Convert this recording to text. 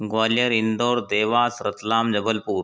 Gwalior Indore Dewas Ratlam Jabalpur